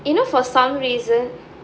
you know for some reason